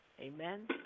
Amen